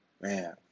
Man